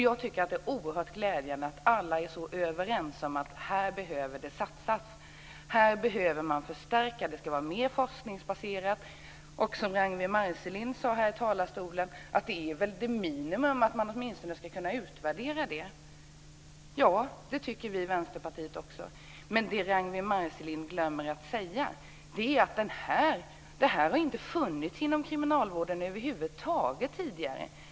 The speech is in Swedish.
Det är oerhört glädjande att alla är så överens om att man behöver satsa och förstärka och att det ska vara mer forskningsbaserat. Ragnwi Marcelind sade i talarstolen att det är ett minimum att man åtminstone ska kunna utvärdera arbetet. Det tycker vi i Vänsterpartiet också. Det Ragnwi Marcelind glömmer att säga är att det över huvud taget inte har funnits inom kriminalvården tidigare.